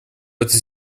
этой